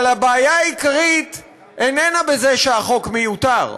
אבל הבעיה העיקרית איננה בזה שהחוק מיותר,